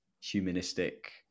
humanistic